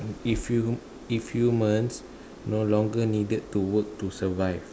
if hu~ if humans no longer needed to work to survive